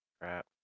Crap